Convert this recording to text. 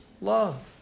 love